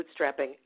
bootstrapping